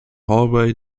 hallway